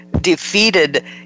defeated